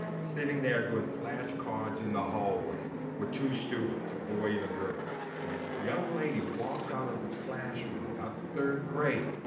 sitting there doing flashcards in the hallway with two students, a boy and a girl. and a young lady walks out of a classroom, about the third grade.